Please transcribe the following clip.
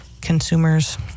consumers